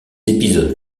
épisodes